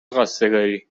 خواستگاری